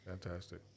Fantastic